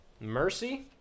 Mercy